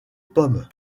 pomme